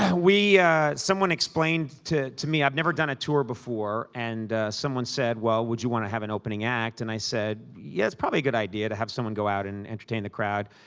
and someone explained to to me i have never done a tour before. and someone said, well, would you want to have an opening act? and i said, yeah, it's probably a good idea to have someone go out and entertain the crowd.